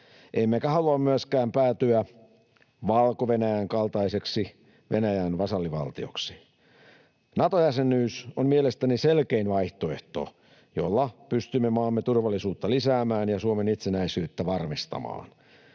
Emmekä halua myöskään päätyä Valko-Venäjän kaltaiseksi Venäjän vasallivaltioksi. Nato-jäsenyys on mielestäni selkein vaihtoehto, jolla pystymme maamme turvallisuutta lisäämään ja Suomen itsenäisyyttä varmistamaan.